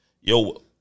Yo